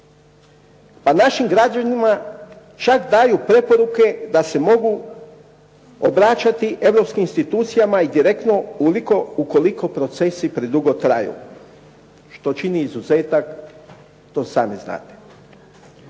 a našim građanima čak daju preporuke da se mogu obraćati europskim institucijama i direktno ukoliko procesi predugo traju, što čini izuzetak, to sami znate.